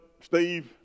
Steve